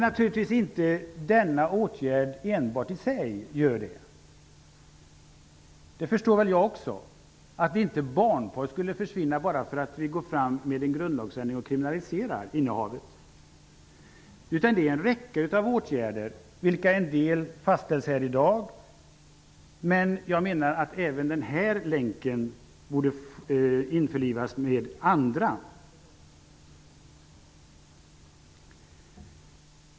Naturligtvis löser inte enbart denna åtgärd problemet. Också jag förstår att barnporren inte försvinner bara för att vi gör en grundlagsändring som innebär att innehavet kriminaliseras. Det handlar om en räcka av åtgärder. En del fastställs här i dag, men jag menar att kriminaliseringen borde införlivas med de andra åtgärderna.